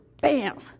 bam